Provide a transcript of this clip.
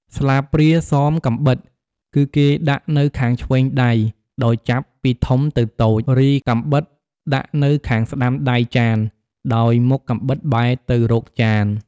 ស្លាបព្រា សម កាំបិត គឺគេដាក់នៅខាងឆ្វេងដៃ ដោយចាប់ពីធំទៅតូច រីកាំបិតដាក់នៅខាងស្តាំដៃចាន ដោយមុខកាំបិតបែរទៅរកចាន។